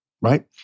right